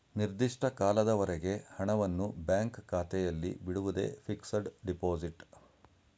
ನಿರ್ದಿಷ್ಟ ಕಾಲದವರೆಗೆ ಹಣವನ್ನು ಬ್ಯಾಂಕ್ ಖಾತೆಯಲ್ಲಿ ಬಿಡುವುದೇ ಫಿಕ್ಸಡ್ ಡೆಪೋಸಿಟ್